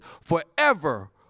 forever